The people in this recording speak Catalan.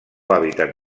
hàbitat